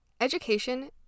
Education